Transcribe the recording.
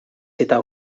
eta